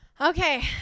Okay